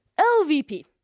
LVP